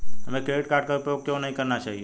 हमें credit card का उपयोग क्यों नहीं करना चाहिए?